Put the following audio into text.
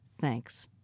Thanks